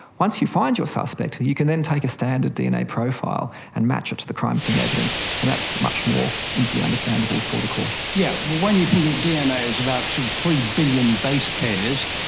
once you find your suspect, you can then take a standard dna profile and match it to the crime scene evidence and that's much more easily understandable for the court. yeah when you think the dna is about three billion base pairs,